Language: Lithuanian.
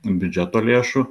biudžeto lėšų